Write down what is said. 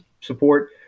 support